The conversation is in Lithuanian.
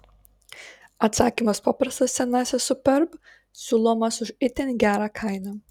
atsakymas paprastas senasis superb siūlomas už itin gerą kainą